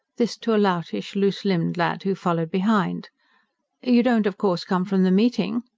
this to a loutish, loose-limbed lad who followed behind you don't of course come from the meeting?